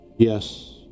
Yes